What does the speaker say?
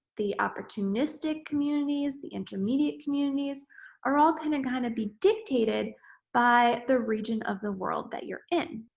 the opportunistic communities, the intermediate communities are all kind of gonna be dictated by the region of the world that you're in.